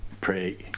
pray